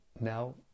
Now